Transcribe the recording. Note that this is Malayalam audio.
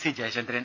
സി ജയചന്ദ്രൻ